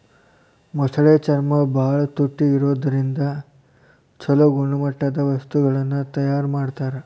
ಮೊಸಳೆ ಚರ್ಮ ಬಾಳ ತುಟ್ಟಿ ಇರೋದ್ರಿಂದ ಚೊಲೋ ಗುಣಮಟ್ಟದ ವಸ್ತುಗಳನ್ನ ತಯಾರ್ ಮಾಡ್ತಾರ